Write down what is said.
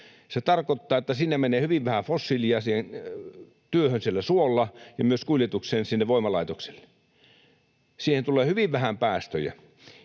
se tarkoittaa, että siinä menee hyvin vähän fossiilia siihen työhön siellä suolla ja myös kuljetukseen sinne voimalaitokselle. Siihen tulee hyvin vähän päästöjä.